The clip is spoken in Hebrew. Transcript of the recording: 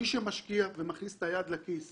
מי שמשקיע ומכניס את היד לכיס